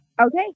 Okay